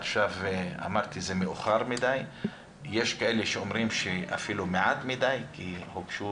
אמרתי שזה מאוחר מדי ויש כאלה שאומרים שאפילו מעט מדי כי הוגשו